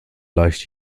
leicht